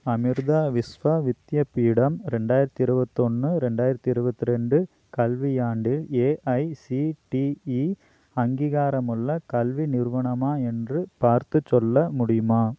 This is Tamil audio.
அமிர்தா விஸ்வா வித்யபீடம் ரெண்டாயிரத்தி இருவத்தொன்று ரெண்டாயிரத்தி இருவத்திரெண்டு கல்வியாண்டில் ஏஐசிடிஇ அங்கீகாரமுள்ள கல்வி நிறுவனமா என்று பார்த்துச் சொல்ல முடியுமா